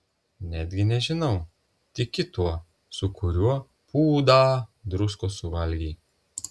netgi nežinau tiki tuo su kuriuo pūdą druskos suvalgei